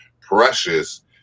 Precious